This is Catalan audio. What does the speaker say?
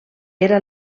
era